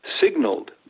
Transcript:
signaled